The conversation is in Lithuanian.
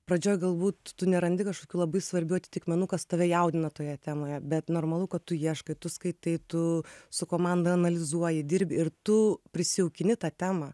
pradžioj galbūt tu nerandi kažkokių labai svarbių atitikmenų kas tave jaudina toje temoje bet normalu kad tu ieškai tu skaitai tu su komanda analizuoji dirbi ir tu prisijaukini tą temą